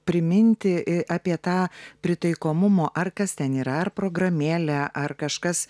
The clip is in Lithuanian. priminti i apie tą pritaikomumo ar kas ten yra ar programėlė ar kažkas